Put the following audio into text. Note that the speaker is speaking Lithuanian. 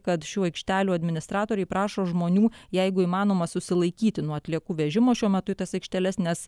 kad šių aikštelių administratoriai prašo žmonių jeigu įmanoma susilaikyti nuo atliekų vežimo šiuo metu tas aikšteles nes